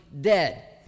dead